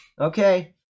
okay